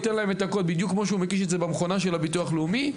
ייתן להן בדיוק כמו שהוא מגיש במכונה של הביטוח הלאומי,